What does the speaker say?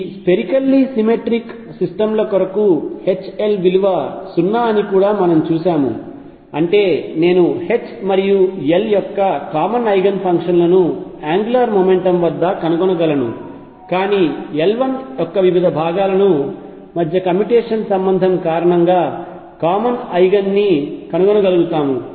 ఈ spherically symmetric system ల కొరకు H L విలువ 0 అని కూడా మనము చూశాము అంటే నేను H మరియు L యొక్క కామన్ ఐగెన్ ఫంక్షన్లను యాంగ్యులార్ మెకానిక్స్ వద్ద కనుగొనగలను కానీ Li యొక్క వివిధ భాగాల మధ్య కమ్యుటేషన్ సంబంధం కారణంగా కామన్ ఐగెన్ని కనుగొనగలుగుతాము